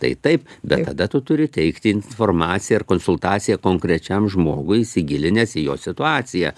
tai taip bet tada tu turi teikti informaciją ir konsultaciją konkrečiam žmogui įsigilinęs į jo situaciją